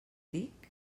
dic